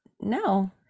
no